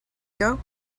ago